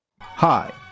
Hi